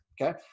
okay